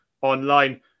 online